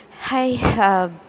Hi